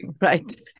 right